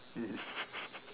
mm